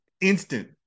instant